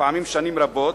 לפעמים שנים רבות,